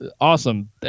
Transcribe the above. awesome